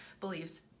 believes